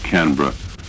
Canberra